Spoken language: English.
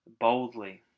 boldly